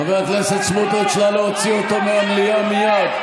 חבר הכנסת סמוטריץ' נא להוציא אותו מהמליאה מייד.